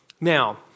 Now